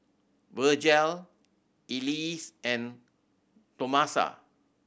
Virgel Elease and Tomasa